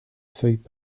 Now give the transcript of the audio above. feuilles